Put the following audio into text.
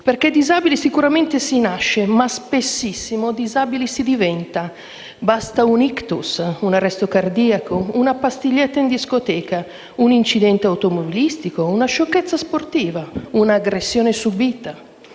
perché disabili sicuramente si nasce, ma spessissimo disabili si diventa: basta un ictus, un arresto cardiaco, una pastiglietta in discoteca, un incidente automobilistico, una sciocchezza sportiva, un'aggressione subita,